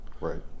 right